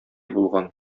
булган